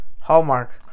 Hallmark